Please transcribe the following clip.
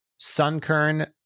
Sunkern